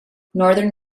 northern